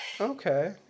okay